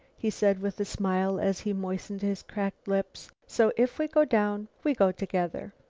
he said with a smile as he moistened his cracked lips, so if we go down, we go together.